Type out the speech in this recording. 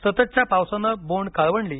सततच्या पावसानं बोंड काळवंडली